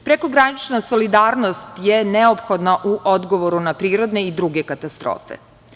Prekogranična solidarnost je neophodna u odgovoru na prirodne i druge katastrofe.